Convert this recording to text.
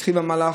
התחיל במהלך,